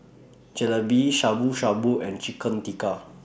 Jalebi Shabu Shabu and Chicken Tikka